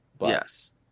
Yes